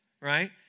right